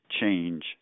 Change